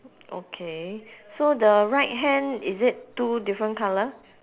okay so the right hand is it two different colour